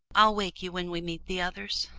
i'll wake you when we meet the others.